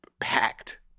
packed